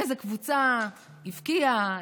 איזו קבוצה הבקיעה,